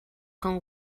con